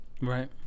Right